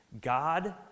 God